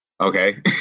Okay